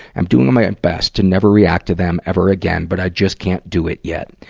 i'm doing my and best to never react to them ever again, but i just can't do it yet.